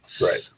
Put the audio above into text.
right